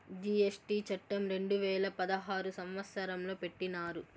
GST చట్టం రెండు వేల పదహారు సంవత్సరంలో పెట్టినారు